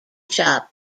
shop